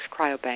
Cryobank